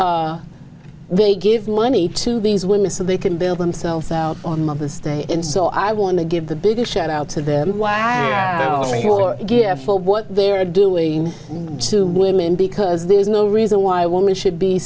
she they give money to these women so they can build themselves out on mother's day and so i want to give the big a shout out to them wow your gift for what they're doing to women because there's no reason why women should be